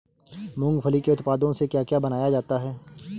मूंगफली के उत्पादों से क्या क्या बनाया जाता है?